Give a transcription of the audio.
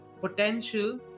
potential